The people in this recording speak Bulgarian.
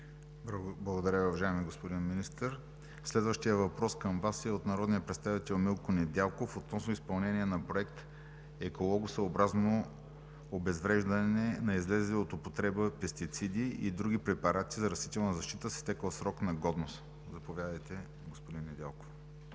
Благодаря Ви, уважаеми господин Министър. Следващият въпрос към Вас е от народния представител Милко Недялков относно изпълнението на проект „Екологосъобразно обезвреждане на излезли от употреба пестициди и други препарати за растителна защита с изтекъл срок на годност“. Заповядайте, господин Недялков.